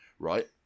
Right